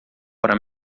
para